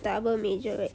double major right